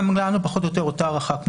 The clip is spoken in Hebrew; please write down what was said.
גם לנו פחות או יותר אותה הערכה.